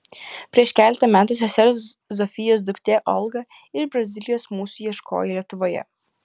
prieš keletą metų sesers zofijos duktė olga iš brazilijos mūsų ieškojo lietuvoje